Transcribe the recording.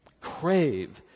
crave